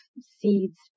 seeds